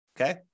okay